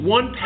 One